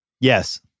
Yes